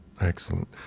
Excellent